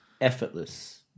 Effortless